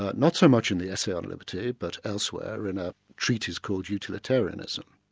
ah not so much in the essay on liberty but elsewhere in a treatise called utilitarianism.